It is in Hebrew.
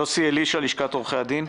יוסי אלישע, לשכת עורכי הדין.